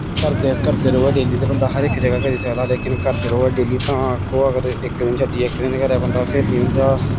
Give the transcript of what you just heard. करदे करदा र'वै डेली ते बंदा हर इक जगह् करी सकदा लेकिन करदा र'वै डेली तां आक्खो अगर इक दिन छड्डियै इक दिन करै बंदा फिर निं होंदा